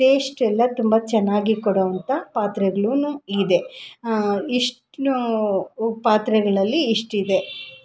taste ಎಲ್ಲ ತುಂಬ ಚೆನ್ನಾಗಿ ಕೊಡೋವಂಥ ಪಾತ್ರೆಗಳೂ ಇದೆ ಇಷ್ಟನ್ನೂ ಪಾತ್ರೆಗಳಲ್ಲಿ ಇಷ್ಟು ಇದೆ